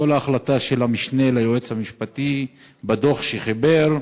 כל ההחלטה של המשנה ליועץ המשפטי בדוח שחיבר: